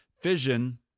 fission